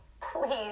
please